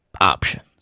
Options